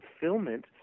fulfillment